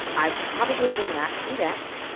i probably would not do that.